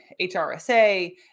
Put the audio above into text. HRSA